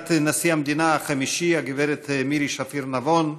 רעיית נשיא המדינה החמישי הגברת מירי שפיר נבון,